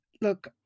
look